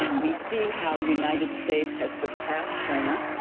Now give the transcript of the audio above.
we see how united states has surpassed china,